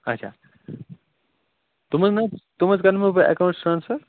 اَچھا تِمَن حظ تِم حظ کَرٕہو بہٕ ایٚکاونٛٹَس ٹرٛانٕسفر